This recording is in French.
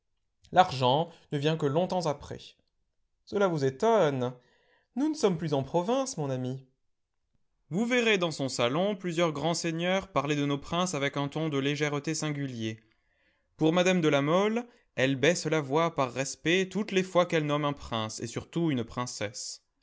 l'argent ne vient que longtemps après cela vous étonne nous ne sommes plus en province mon ami vous verrez dans son salon plusieurs grands seigneurs parler de nos princes avec un ton de légèreté singulier pour mme de la mole elle baisse la voix par respect toutes les fois qu'elle nomme un prince et surtout une princesse